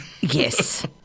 Yes